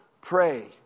pray